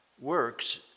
works